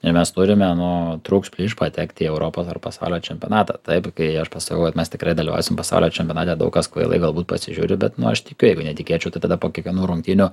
ir mes turime nu trūks plyš patekti į europos ar pasaulio čempionatą taip kai aš pasakau kad mes tikrai dalyvausim pasaulio čempionate daug kas kvailai galbūt pasižiūri bet aš tikiu jeigu netikėčiau tai tada po kiekvienų rungtynių